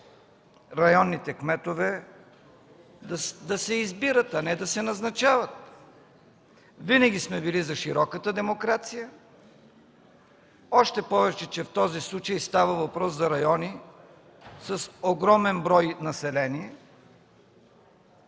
районните кметове да се избират, а не да се назначават. Винаги сме били за широката демокрация, още повече че в този случай става въпрос за райони с огромен брой население,